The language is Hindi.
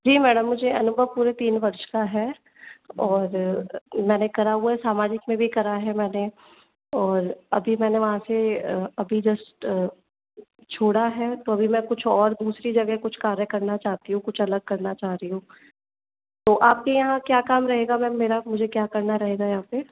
जी मैम मुझे अनुभव पूरे तीन वर्ष का है और मैंने करा हुआ है सामाजिक में भी करा है मैंने और अभी मैंने वहाँ से अभी जस्ट छोड़ा है तो अभी मैं कुछ और दूसरी जगह कुछ कार्य करना चाहती हूँ कुछ अलग करना चाह रही हूँ तो आपके यहाँ क्या काम रहेगा मैम मेरा मुझे क्या करना रहेगा यहाँ पर